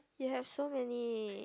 you have so many